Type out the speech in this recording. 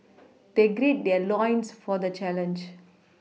they gird their loins for the challenge